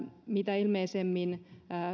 mitä ilmeisemmin